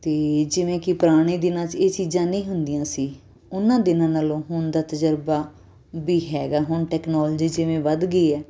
ਅਤੇ ਜਿਵੇਂ ਕਿ ਪੁਰਾਣੇ ਦਿਨਾਂ 'ਚ ਇਹ ਚੀਜ਼ਾਂ ਨਹੀਂ ਹੁੰਦੀਆਂ ਸੀ ਉਹਨਾਂ ਦਿਨਾਂ ਨਾਲੋਂ ਹੁਣ ਦਾ ਤਜਰਬਾ ਵੀ ਹੈਗਾ ਹੁਣ ਟੈਕਨੋਲਜੀ ਜਿਵੇਂ ਵੱਧ ਗਈ ਹੈ